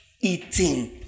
eating